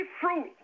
fruit